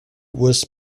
was